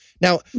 now